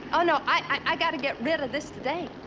oh, no. i got to get rid of this today.